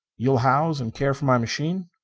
you'll house and care for my machine?